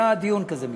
היה דיון כזה קודם.